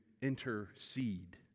intercede